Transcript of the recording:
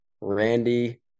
Randy